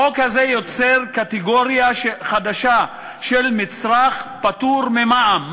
החוק הזה יוצר קטגוריה חדשה של מצרך פטור ממע"מ.